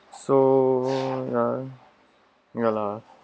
so ya ya lah